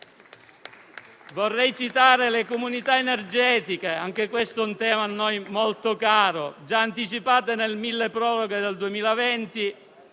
Vorrei citare le comunità energetiche, anche questo è un tema a noi molto caro, già anticipate nel milleproroghe del 2020